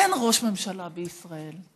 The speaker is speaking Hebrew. אין ראש ממשלה בישראל.